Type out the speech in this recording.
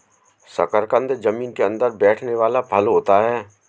शकरकंद जमीन के अंदर बैठने वाला फल होता है